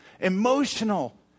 emotional